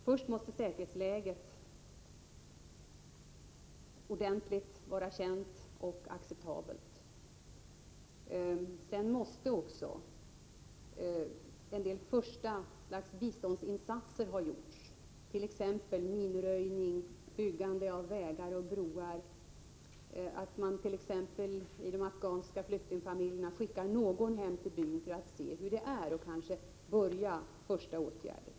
Först måste säkerhetsläget vara ordentligt känt och acceptabelt. Sedan måste också en del låt mig säga första sortens biståndsinsatser ha gjorts, t.ex. minröjning och byggande av vägar och broar, liksom att de afghanska flyktingfamiljerna skickar någon hem till byn för att se hur det är där och kanske börjar med dessa ”första åtgärder”.